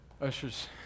Ushers